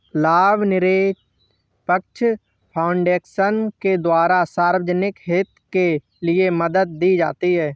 लाभनिरपेक्ष फाउन्डेशन के द्वारा सार्वजनिक हित के लिये मदद दी जाती है